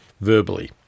verbally